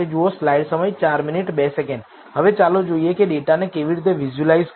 હવે ચાલો જોઈએ કે ડેટાને કેવી રીતે વિઝ્યુઅલાઈઝ કરવું